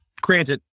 granted